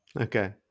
Okay